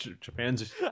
Japan's